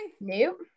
Nope